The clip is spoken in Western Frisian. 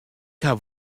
haw